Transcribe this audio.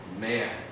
Man